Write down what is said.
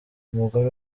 umugore